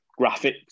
graphics